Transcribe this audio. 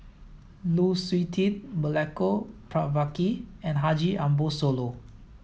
Lu Suitin Milenko Prvacki and Haji Ambo Sooloh